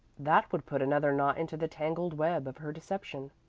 that would put another knot into the tangled web of her deception.